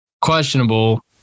questionable